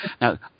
Now